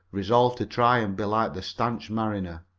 resolved to try and be like the stanch mariner.